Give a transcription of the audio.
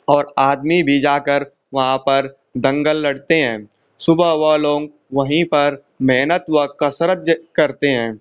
और आदमी भी जाकर वहाँ पर दंगल लड़ते हैं सुबह वह लोग वहीं पर मेहनत व कसरत जे करते हैं